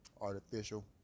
artificial